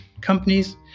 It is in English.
companies